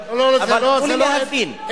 אבל תנו לי להבין,